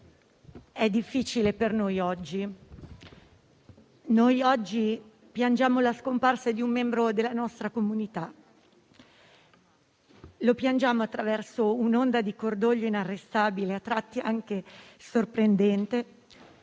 è difficile per noi oggi. Oggi piangiamo la scomparsa di un membro della nostra comunità e lo piangiamo attraverso un'onda di cordoglio inarrestabile, a tratti anche sorprendente,